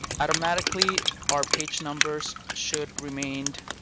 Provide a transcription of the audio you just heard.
automatically our page numbers should remained